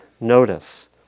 notice